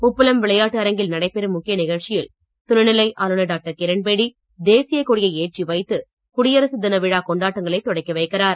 உப்பளம் விளையாட்டு அரங்கில் நடைபெறும் முக்கிய நிகழ்ச்சியில் துணை நிலை ஆளுநர் டாக்டர் கிரண்பேடி தேசிய கொடியை ஏற்றி வைத்து குடியரசு தின விழா கொண்டாட்டங்களை தொடக்கி வைக்கிறார்